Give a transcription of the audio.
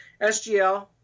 SGL